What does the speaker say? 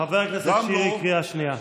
חבר הכנסת שירי, קריאה שנייה.